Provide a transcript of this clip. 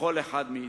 בכל אחד מאתנו.